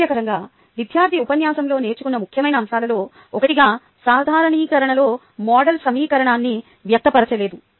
ఆశ్చర్యకరంగా విద్యార్థి ఉపన్యాసంలో నేర్చుకున్న ముఖ్యమైన అంశాలలో ఒకటిగా సాధారణీకరణలో మోడల్ సమీకరణాన్ని వ్యక్తపరచలేదు